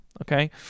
okay